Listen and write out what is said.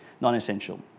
non-essential